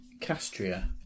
Castria